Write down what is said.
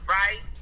right